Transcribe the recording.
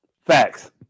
Facts